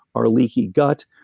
our leaky gut,